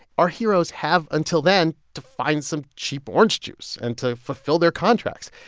our heroes have until then to find some cheap orange juice and to fulfill their contracts.